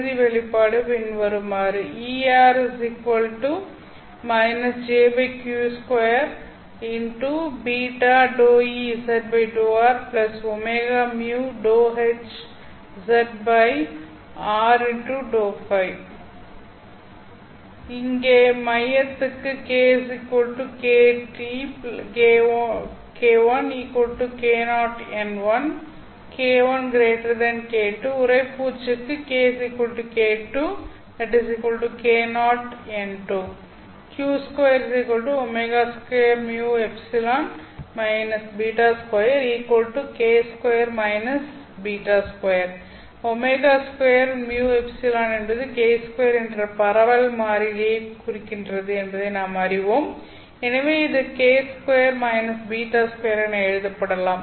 இறுதி வெளிப்பாடு பின்வருமாறு இங்கே மையத்துக்குk k1k0 n1 k 1 k2 உறைப்பூச்சுக்கு k k2k0 n2 q2ω2 με− β2k2−β2 ω2 με என்பது k2 என்ற பரவல் மாறிலியை குறிக்கின்றது என்பதை நாம் அறிவோம் எனவே இது k2 β2 என எழுதப்படலாம்